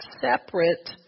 separate